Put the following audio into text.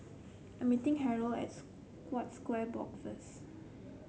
I'm meeting Harold at Scotts Square Block first